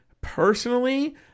personally